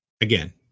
Again